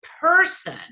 person